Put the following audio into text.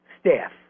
staff